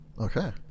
Okay